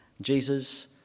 Jesus